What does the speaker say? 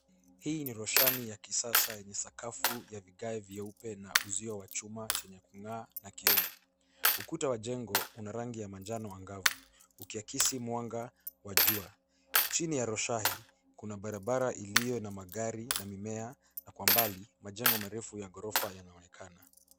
Hii ni roshani ya kisasa yenye sakafu ya vigae vyeupe na uzio wa chuma chenye kung'aa na kioo. Ukuta wa jengo una rangi ya manjano angavu ukihakisi mwanga wa jua. Chini ya roshani kuna barabara iliyo na magari na mimea na kwa mbali majengo marefu ya gorofa yanaonekana.